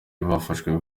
bafashwe